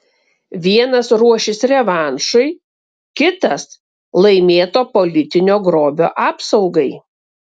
vienas ruošis revanšui kitas laimėto politinio grobio apsaugai